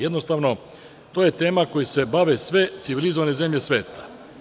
Jednostavno, to je tema kojom se bave sve civilizovane zemlje sveta.